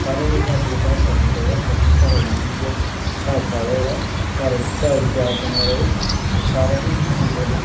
सारे गै इ'यां अपने घर करना चाहिदा ताकि घरा दी जेह्ड़ी ऐ स्हाब किताब ऐहा घर घर च प्यार बनेआ र'वै ते सारा कुछ बी ठीक होंदा ऐ